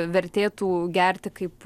vertėtų gerti kaip